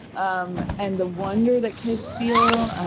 um and the wonder that kids feel,